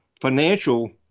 financial